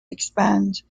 expand